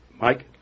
Mike